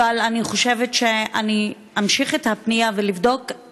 אבל אני חושבת שאמשיך לבדוק את הפנייה.